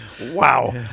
Wow